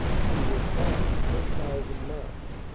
she was fined ten thousand marks.